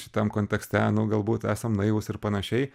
šitam kontekste nu galbūt esam naivūs ir panašiai